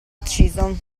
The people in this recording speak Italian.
ucciso